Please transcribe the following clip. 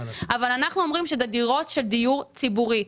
אבל אנחנו אומרים שאלה דירות של דיור ציבורי,